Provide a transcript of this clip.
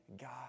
God